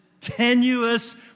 tenuous